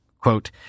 Quote